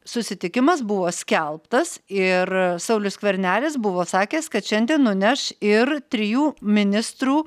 susitikimas buvo skelbtas ir saulius skvernelis buvo sakęs kad šiandien nuneš ir trijų ministrų